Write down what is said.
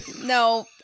no